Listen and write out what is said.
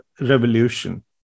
revolution